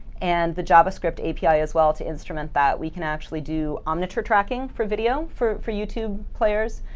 and the javascript api as well. to instrument that, we can actually do omniture tracking for video, for for youtube players.